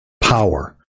Power